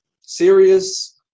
serious